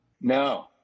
no